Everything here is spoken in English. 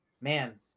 Man